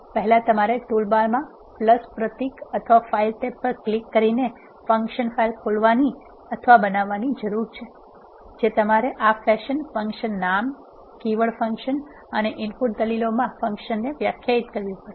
પહેલા તમારે ટુલબાર માં પ્રતીક અથવા ફાઇલ ટેબ પર ક્લિક કરીને ફંકશન ફાઇલ ખોલવાની અથવા બનાવવાની જરૂર છે જે તમારે આ ફેશન ફંક્શન નામ કીવર્ડ ફંકશન અને ઇનપુટ દલીલોમાં ફંક્શનને વ્યાખ્યાયિત કરવી પડશે